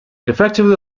effectively